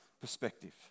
perspective